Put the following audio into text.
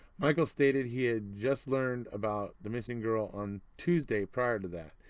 michael stated he had just learned about the missing girl on tuesday prior to that.